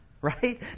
right